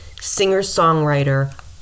singer-songwriter